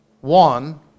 one